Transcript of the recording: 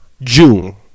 June